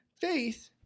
faith